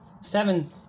seven